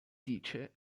dice